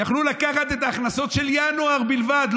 יכלו לקחת את ההכנסות של ינואר בלבד,